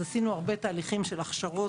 עשינו הרבה תהליכים של הכשרות.